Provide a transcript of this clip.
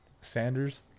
Sanders